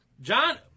John